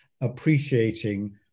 appreciating